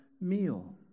meal